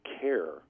care